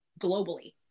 globally